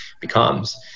becomes